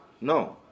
No